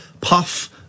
puff